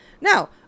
now